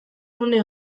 une